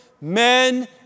men